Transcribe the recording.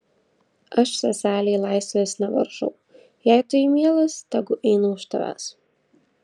aš seselei laisvės nevaržau jei tu jai mielas tegu eina už tavęs